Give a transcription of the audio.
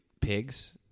pigs